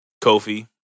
Kofi